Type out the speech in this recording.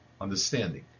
understanding